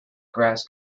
grass